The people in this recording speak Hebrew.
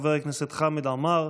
חבר הכנסת חמד עמאר,